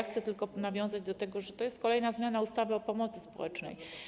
Chcę tylko nawiązać do tego, że to jest kolejna zmiana ustawy o pomocy społecznej.